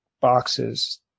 boxes